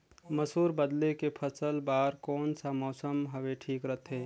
मसुर बदले के फसल बार कोन सा मौसम हवे ठीक रथे?